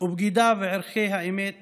ובגידה בערכי האמת